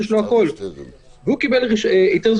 הוא קיבל דרישות לאישורים.